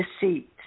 deceit